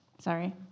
Sorry